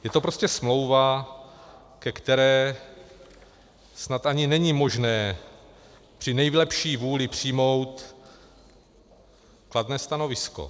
Je to prostě smlouva, ke které snad ani není možné při nejlepší vůli přijmout kladné stanovisko.